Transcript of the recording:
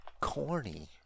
corny